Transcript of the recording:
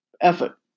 effort